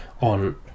on